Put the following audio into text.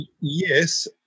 Yes